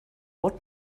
what